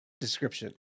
Description